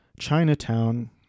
Chinatown